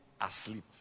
asleep